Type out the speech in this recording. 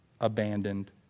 abandoned